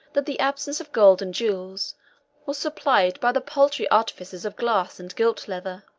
that the absence of gold and jewels was supplied by the paltry artifices of glass and gilt-leather.